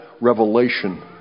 revelation